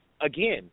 again